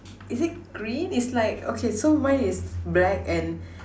is it green it's like okay so mine is black and